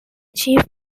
chief